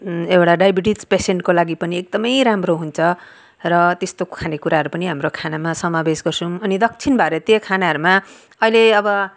एउटा डायबिटिज पेसेन्टको लागि पनि एकदम राम्रो हुन्छ र त्यस्तो खाने कुराहरू पनि हाम्रो खानामा समावेश गर्छौँ अनि दक्षिण भारतीय खानाहरूमा अहिले अब